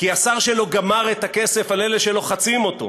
כי השר שלו גמר את הכסף על אלה שלוחצים אותו,